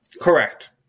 Correct